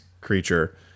creature